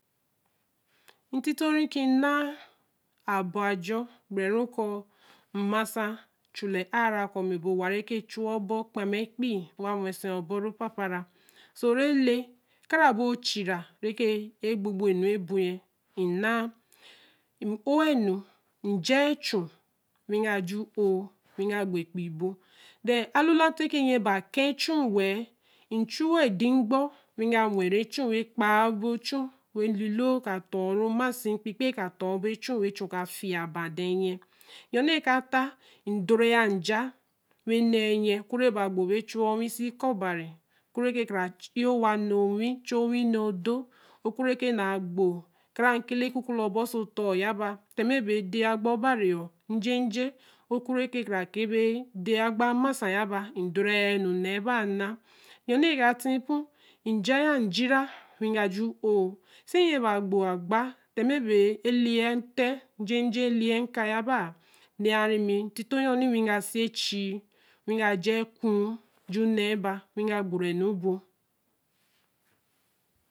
Nti to ri ki mnaa abɔ ajɔ gbɛrɛru kɔ gbɛrɛ kɔ mmasa chulɛ'aara kɔ mɛbo wa rɛ kɛ chuɔba kpame kpii wa nnwɛsɛã ɔbɔrepapa rã so. rele. kara bo chira rɛ keree gbigb nnɛ nu ebo nyɛ ri nna m'oa enu. mjaa echu nwi mga ju'o nwi mga gbo kpii ebo then alula nti ki nnyɛ ba kɛ chu wɛɛɛ. mchuɛ dim gbɔ nwi mga nnwɛre cbu nwii mklaa bo chu we biloo katɔru maasi nwi mkpikpee ka tɔbe chu we chu ka fia ba dɛ nnyɛ yɔni kata. mdorɛa nja wenɛɛ nnyɛ oku rɛ baa gbo be chuɛ onwi. chu onwi nɛɛ odo. oku rɛnaa gbo kara nkelo kukula ɔbɔ osovɔtɔɔ yaba tɛmɛ beedea agba ɔbario njenje oku rɛkrakei be abavedɛɛ agba masa yaba mdirɛɛ nu nɛɛbanna yɔni kati pu. mjaa njira nwi mga ju'o. si nnyɛ naa gbo ra agba tɛmɛ bee liɛ ntɛ njenje bee liɛ nka yabaa nɛɛ yã ri mi nlito anyɔni nwi mga sie chii. ja ekuu ju nɛɛb nwi mga gboro nu bo